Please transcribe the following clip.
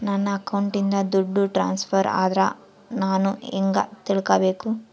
ನನ್ನ ಅಕೌಂಟಿಂದ ದುಡ್ಡು ಟ್ರಾನ್ಸ್ಫರ್ ಆದ್ರ ನಾನು ಹೆಂಗ ತಿಳಕಬೇಕು?